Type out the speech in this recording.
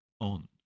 on